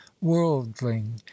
worldling